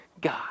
God